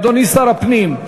אדוני שר הפנים.